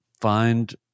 find